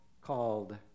called